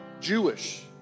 Jewish